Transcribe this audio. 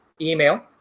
email